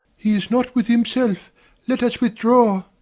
he is not with himself let us withdraw.